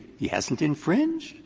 he hasn't infringed?